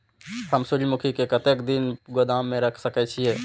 हम सूर्यमुखी के कतेक दिन गोदाम में रख सके छिए?